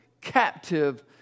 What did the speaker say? captive